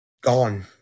gone